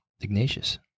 Ignatius